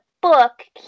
book